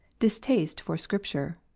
distaste for scripture.